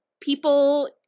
people